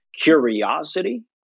curiosity